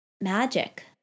magic